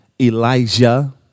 Elijah